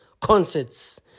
concerts